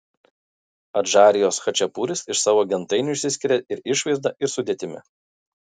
adžarijos chačapuris iš savo gentainių išsiskiria ir išvaizda ir sudėtimi